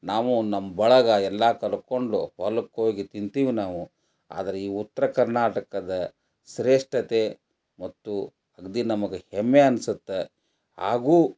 ನಾವು ನಮ್ಮ ಬಳಗ ಎಲ್ಲ ಕರ್ಕೊಂಡು ಹೊಲಕ್ಕೆ ಹೋಗಿ ತಿಂತೀವಿ ನಾವು ಆದ್ರೆ ಈ ಉತ್ತರ ಕರ್ನಾಟಕದ ಶ್ರೇಷ್ಠತೆ ಮತ್ತು ಅಗದಿ ನಮ್ಗೆ ಹೆಮ್ಮೆ ಅನ್ಸುತ್ತೆ ಹಾಗೂ